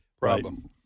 problem